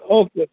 okay